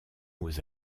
aux